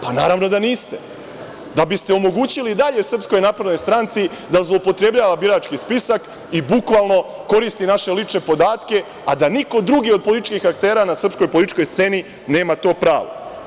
Pa, naravno da niste, da biste omogućili i dalje SNS da zloupotrebljava birački spisak i bukvalno koristi naše lične podatke, a da niko drugi od političkih aktera na srpskoj političkoj sceni nema to pravo.